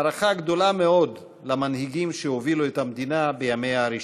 הערכה גדולה מאוד למנהיגים שהובילו את המדינה בימיה הראשונים.